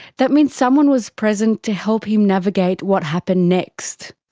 that means someone was present to help him navigate what happened next.